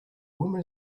woman